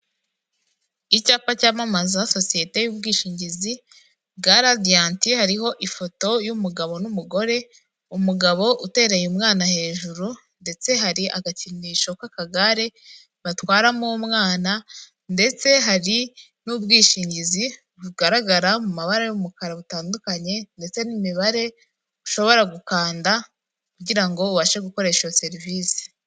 Icyapa cyamamaza sosiyete y'ubwishingizi bwa Radianti, hariho ifoto y'umugabo n'umugore, umugabo utereye umwana hejuru, ndetse hari agakinisho k'akagare batwaramo umwana, ndetse hari n'ubwishingizi bugaragara mu mabara y'umukara butandukanye ndetse n'imibare ushobora gukanda kugira ngo ubashe gukoresha iyo serivisi.